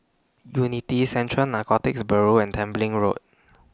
Unity Central Narcotics Bureau and Tembeling Road